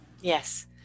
Yes